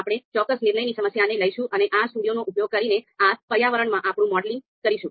આપણે ચોક્કસ નિર્ણયની સમસ્યાને લયીશું અને RStudio નો ઉપયોગ કરીને R પર્યાવરણમાં આપણુ મોડેલિંગ કરીશું